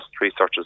researchers